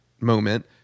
moment